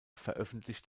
veröffentlicht